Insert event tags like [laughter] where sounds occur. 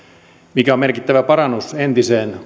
mikä on merkittävä parannus entiseen [unintelligible]